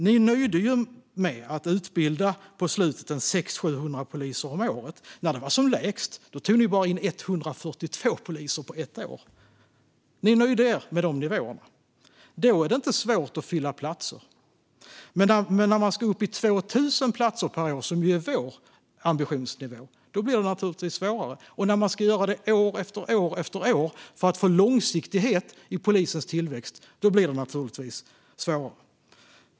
Ni nöjde er med att mot slutet utbilda 600-700 poliser om året, och när det var som minst tog ni bara in 142 poliser på ett år. Ni nöjde er med de nivåerna, och då är det inte svårt att fylla platserna. Men när man ska upp i 2 000 platser per år, vilket är vår ambitionsnivå, blir det naturligtvis svårare. Ska man dessutom göra det år efter år, för att få långsiktighet i polisens tillväxt, blir det naturligtvis svårare.